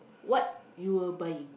what you will buy